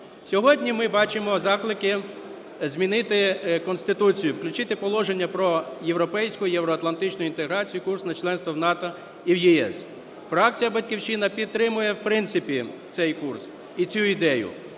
Сьогодні ми бачимо заклики змінити Конституцію, включити положення про європейську, євроатлантичну інтеграцію, курс на членство в НАТО і в ЄС. Фракція "Батьківщина" підтримує, в принципі, цей курс і цю ідею,